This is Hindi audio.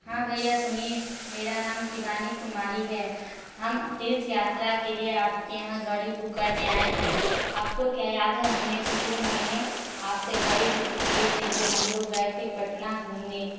हाँ भैया सुनिए मेरा नाम शिवानी कुमारी है हम तीर्थ यात्रा के लिए आपके यहाँ गाड़ी बुक करने आएँ हैं आपको क्या याद है हमने पिछले महीने आपसे गाड़ी बुक किए थे जो हम लोग गए थे पटना घूमने